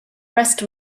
rest